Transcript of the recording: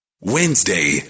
Wednesday